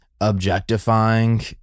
objectifying